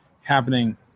happening